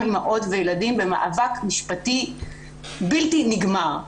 אימהות ואותם ילדים במאבק משפטי בלתי נגמר,